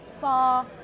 Far